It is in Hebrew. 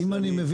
אם אני מבין,